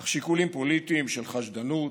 אך שיקולים פוליטיים של חשדנות,